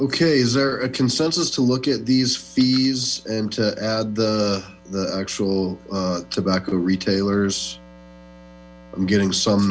ok is there a consensus to look at these fees and to add the actual tobacco retailers i'm getting some